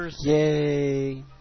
Yay